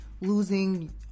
losing